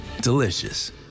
delicious